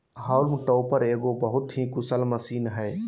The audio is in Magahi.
हॉल्म टॉपर एगो बहुत ही कुशल मशीन हइ